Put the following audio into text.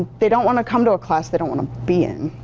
they don't want to come to a class they don't want to be in,